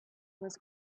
was